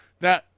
Now